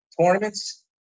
tournaments